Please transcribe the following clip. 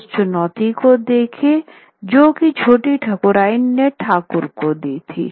उस चुनौती को देखे जोछोटी ठकुराइन ने ठाकुर को दी थी